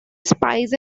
spies